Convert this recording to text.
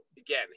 again